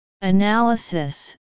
Analysis